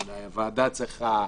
אולי הוועדה צריכה,